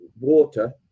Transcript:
water